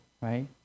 right